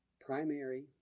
Primary